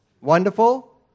Wonderful